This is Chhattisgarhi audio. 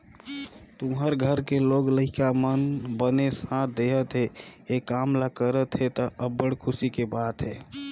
तुँहर घर के लोग लइका मन बने साथ देहत हे, ए काम ल करत हे त, अब्बड़ खुसी के बात हे